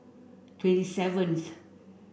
twenty seventh